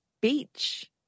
beach